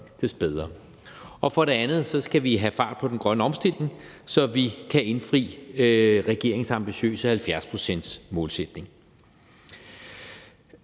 des bedre. For det andet skal vi have fart på den grønne omstilling, så vi kan indfri regeringens ambitiøse 70-procentsmålsætning.